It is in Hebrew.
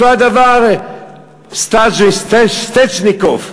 אותו דבר סטז' סטז'ניקוב,